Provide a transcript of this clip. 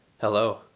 Hello